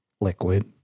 liquid